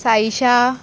Saisha